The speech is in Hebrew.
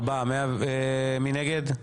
4 נגד,